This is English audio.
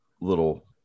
little